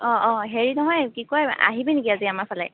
অঁ অঁ হেৰি নহয় কি কয় আহিবি নেকি আজি আমাৰ ফালে